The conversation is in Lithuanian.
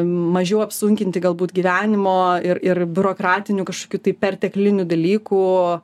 mažiau apsunkinti galbūt gyvenimo ir ir biurokratinių kažkokių tai perteklinių dalykų